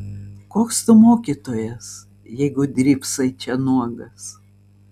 koks tu mokytojas jeigu drybsai čia nuogas